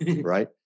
right